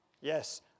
Yes